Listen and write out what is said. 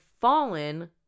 fallen